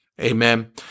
Amen